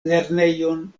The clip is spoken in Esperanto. lernejon